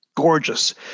Gorgeous